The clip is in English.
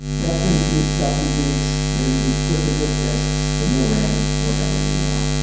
rest in peace. ducky dietz, may you be quick with your fists in the ring wherever you are